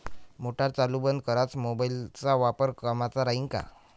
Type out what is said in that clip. Motor चालू बंद कराच मोबाईलचा वापर कामाचा राहीन का?